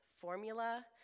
formula